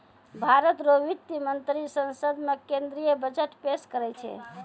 भारत रो वित्त मंत्री संसद मे केंद्रीय बजट पेस करै छै